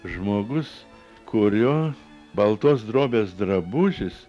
žmogus kurio baltos drobės drabužis